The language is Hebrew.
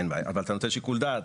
אין בעיה, אבל אתה נותן שיקול דעת.